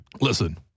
listen